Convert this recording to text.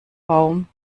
baum